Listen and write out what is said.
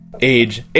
age